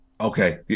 okay